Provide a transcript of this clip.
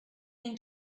going